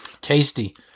Tasty